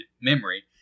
memory